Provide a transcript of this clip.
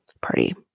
party